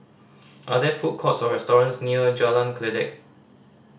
are there food courts or restaurants near Jalan Kledek